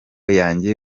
yanjye